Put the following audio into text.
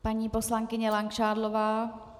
Paní poslankyně Langšádlová?